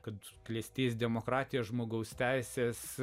kad klestės demokratiją žmogaus teises